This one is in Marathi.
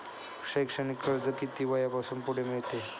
शैक्षणिक कर्ज किती वयापासून पुढे मिळते?